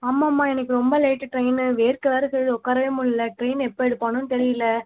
ஆமாம்மா இன்றைக்கு ரொம்ப லேட் ட்ரெயின் வேர்க்க வேறு செய்யுது உட்காரவே முடிலை ட்ரெயின் எப்போ எடுப்பான்னும் தெரியல